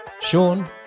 Sean